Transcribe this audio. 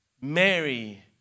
Mary